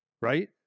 right